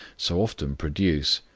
so often produce,